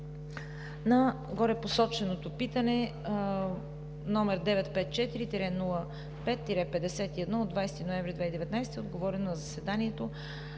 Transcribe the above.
На горепосоченото питане, № 954-05-51, от 20 ноември 2019 г. е отговорено на заседанието